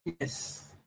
Yes